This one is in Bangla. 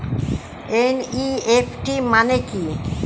এন.ই.এফ.টি মানে কি?